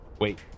wait